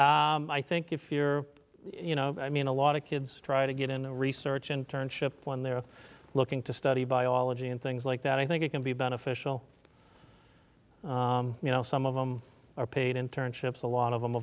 year i think if you're you know i mean a lot of kids try to get into research and turn ship when they're looking to study biology and things like that i think it can be beneficial you know some of them are paid internships a lot of them a